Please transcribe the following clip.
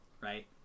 right